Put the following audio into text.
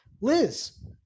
Liz